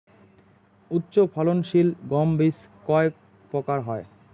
উচ্চ ফলন সিল গম বীজ কয় প্রকার হয়?